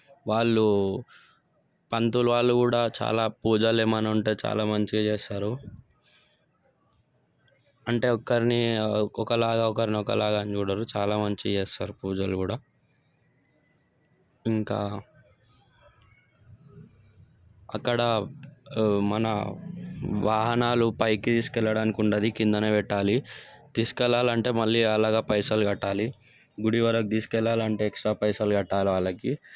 వాళ్ళు పంతులు వాళ్ళు కూడా చాలా పూజలు ఏమైనా ఉంటే చాలా మంచిగా చేస్తారు అంటే ఒకరిని ఒకలాగా ఒకరిని ఒకలాగా అని చూడరు చాలా మంచిగా చేస్తారు పూజలు కూడా ఇంకా అక్కడ మన వాహనాలు పైకి తీసుకెళ్లడానికి ఉండదు కిందనే పెట్టాలి తీసుకెళ్ళాలి అంటే మళ్ళీ ఆల్లకు పైసలు కట్టాలి గుడి వరకు తీసుకెళ్లాలి అంటే ఎక్స్ట్రా పైసలు కట్టాలి వాళ్ళకి